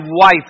wife